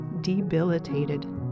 debilitated